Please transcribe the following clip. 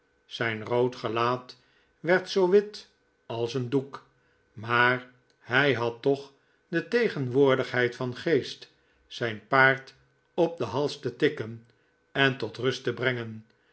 zijn rood gelaat werd zoo wit als een doek maar hij had toch de tegenwoordigheid van geest zijn paard op den hals te tikken en tot rust te brengen